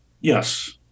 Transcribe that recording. Yes